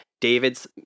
David's